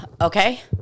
Okay